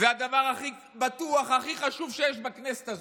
זה הדבר הכי בטוח, הכי חשוב שיש בכנסת הזו.